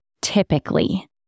typically